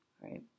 right